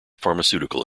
pharmaceutical